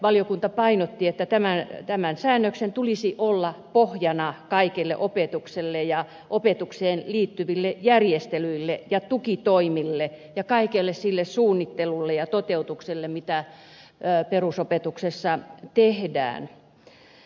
valiokunta painotti että tämän säännöksen tulisi olla pohjana kaikelle opetukselle ja opetukseen liittyville järjestelyille ja tukitoimille ja kaikelle sille suunnittelulle ja toteutukselle mitä perusopetuksessa tehdään